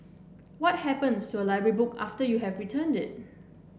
what happens to a library book after you have returned it